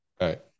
Right